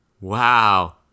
wow